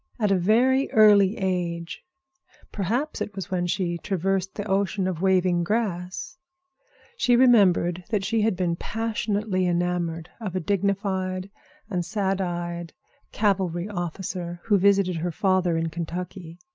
at a very early age perhaps it was when she traversed the ocean of waving grass she remembered that she had been passionately enamored of a dignified and sad-eyed cavalry officer who visited her father in kentucky.